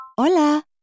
Hola